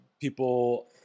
people